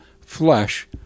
flesh